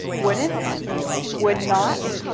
wouldn't would not.